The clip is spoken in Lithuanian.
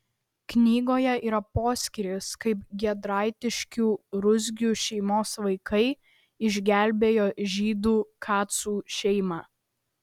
knygoje yra poskyris kaip giedraitiškių ruzgių šeimos vaikai išgelbėjo žydų kacų šeimą